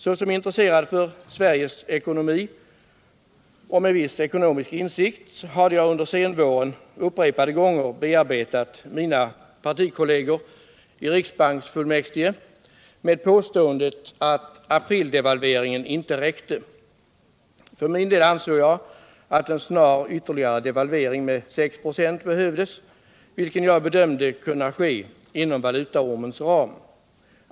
Såsom intresserad av Sveriges ekonomi och med viss ekonomisk insikt hade jag under senvåren upprepade gånger bearbetat mina partikolleger i riksbanksfullmäktige med påståendet att aprildevalveringen inte räckte. För min del ansåg jag att en snar ytterligare devalvering med 6 96 behövdes, vilken jag bedömde kunde ske inom valutaormens ram.